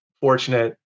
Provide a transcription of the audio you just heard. fortunate